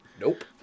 Nope